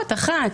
השאלה הראשונה,